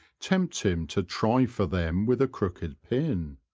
tempt him to try for them with a crooked pin,